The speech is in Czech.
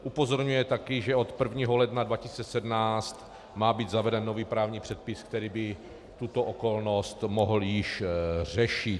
Upozorňuje taky, že od 1. ledna 2017 má být zaveden nový právní předpis, který by tuto okolnost mohl již řešit.